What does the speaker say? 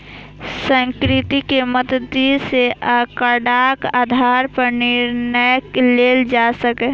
सांख्यिकी के मदति सं आंकड़ाक आधार पर निर्णय लेल जा सकैए